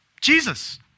Jesus